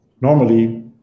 normally